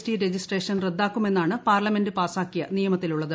T registration റദ്ദാക്കുമെന്നാണ് parliament പാസാക്കിയ നിയമത്തിലുള്ളത്